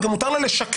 וגם מותר לו לשקר,